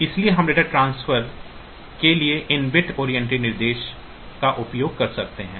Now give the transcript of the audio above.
इसलिए हम data transfer के लिए इन बिट ओरिएंटेड निर्देशों का उपयोग कर सकते हैं